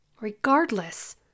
Regardless